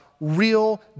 real